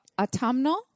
autumnal